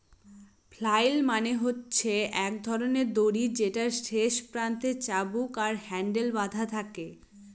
flail মানে হচ্ছে এক ধরনের দড়ি যেটার শেষ প্রান্তে চাবুক আর হ্যান্ডেল বাধা থাকে